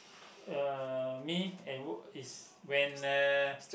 uh me and is when uh